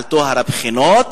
על טוהר הבחינות,